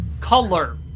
Color